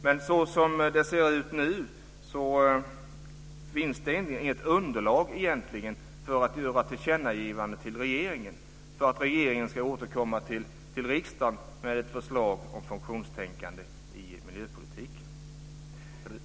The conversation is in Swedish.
Men som det nu ser ut så finns det egentligen inget underlag för att göra ett tillkännagivande till regeringen för att regeringen ska återkomma till riksdagen med ett förslag om funktionstänkande i miljöpolitiken.